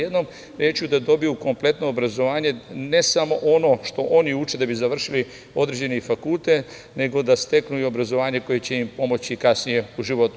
Jednom rečju da dobiju kompletno obrazovanje, ne samo ono što oni uče da bi završili određeni fakultet, nego da steknu obrazovanje koje će im pomoći kasnije u životu.